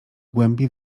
głębi